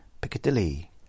Piccadilly